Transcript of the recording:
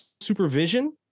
supervision